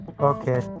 Okay